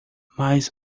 mas